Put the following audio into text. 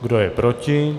Kdo je proti?